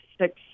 six